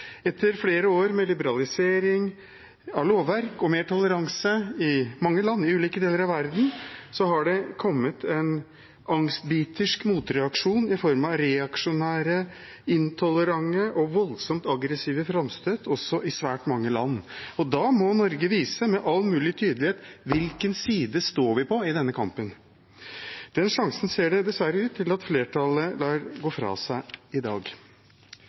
Etter flere år med liberalisering av lovverk og mer toleranse i mange land i ulike deler av verden har det kommet en angstbitersk motreaksjon i svært mange land i form av reaksjonære, intolerante og voldsomt aggressive framstøt. Da må Norge vise – med all mulig tydelighet – hvilken side vi står på i denne kampen. Den sjansen ser det dessverre ut til at flertallet lar gå fra seg i dag.